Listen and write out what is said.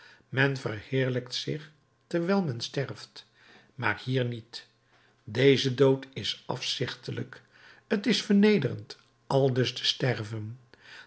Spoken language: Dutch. men verheerlijkt zich terwijl men sterft maar hier niet deze dood is afzichtelijk t is vernederend aldus te sterven